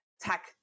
tech